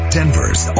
Denver's